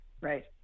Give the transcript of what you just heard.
Right